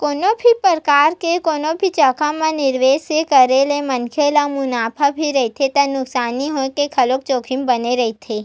कोनो भी परकार के कोनो भी जघा म निवेस के करे ले मनखे ल मुनाफा भी रहिथे त नुकसानी होय के घलोक जोखिम बने रहिथे